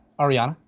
ariana.